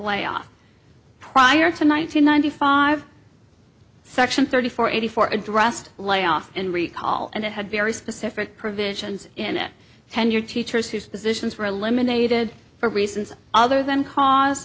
layoff prior to nine hundred ninety five section thirty four eighty four addressed layoff and recall and it had very specific provisions in it tenured teachers whose positions were eliminated for reasons other than cause